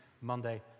Monday